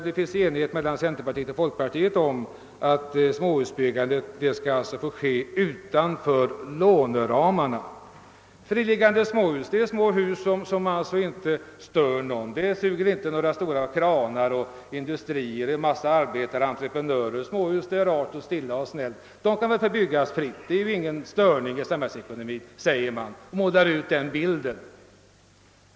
I den reservationen har folkpartiet och centerpartiet enats om att småhusbyggandet skulle få ske utanför låneramarna. Friliggande småhus är små hus som inte stör någon. Där är det inte fråga om några kranar, indu strier, en massa arbetare och entreprenörer. Småhus är någonting rart och stilla och snällt. De borde väl få byggas fritt. De blir inte därigenom någon störning i samhällsekonomin, säger man, och målar ut den här bilden.